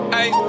Hey